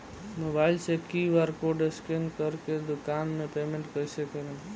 Mobile से QR code scan कर के दुकान मे पेमेंट कईसे करेम?